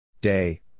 Day